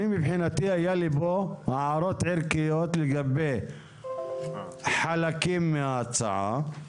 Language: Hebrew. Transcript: מבחינתי היו לי כאן הערות ערכיות לגבי חלקים מההצעה.